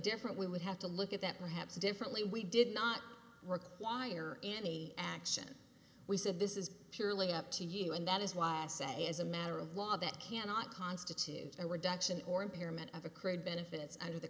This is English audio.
different we would have to look at that perhaps differently we did not require any action we said this is purely up to you and that is why i say as a matter of law that cannot constitute a reduction or impairment of accrued benefits under the